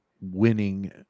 winning